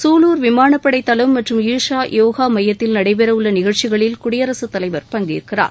சூளுர் விமானப் படை தளம் மற்றும் ஈசா யோகா மையத்தில் நடைபெறவுள்ள நிகழ்ச்சிகளில் குடியரசுத் தலைவர் பங்கேற்கிறார்